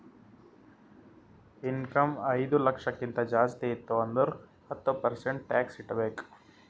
income ಐಯ್ದ ಲಕ್ಷಕ್ಕಿಂತ ಜಾಸ್ತಿ ಇತ್ತು ಅಂದುರ್ ಹತ್ತ ಪರ್ಸೆಂಟ್ ಟ್ಯಾಕ್ಸ್ ಕಟ್ಟಬೇಕ್